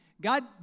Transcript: God